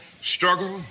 struggle